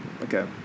Okay